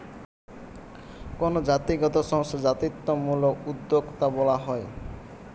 কোনো জাতিগত সংস্থা জাতিত্বমূলক উদ্যোক্তা বলা হয়